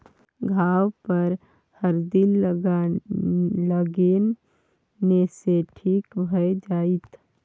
घाह पर हरदि लगेने सँ ठीक भए जाइत